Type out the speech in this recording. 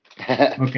Okay